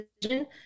decision